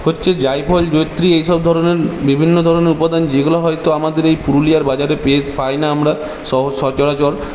হচ্ছে জায়ফল জয়িত্রী এইসব ধরনের বিভিন্ন ধরনের উপাদান যেগুলো হয়তো আমাদের এই পুরুলিয়ার বাজারে পেয়ে পাইনা আমরা স সচরাচর